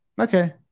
Okay